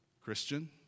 Christian